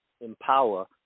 empower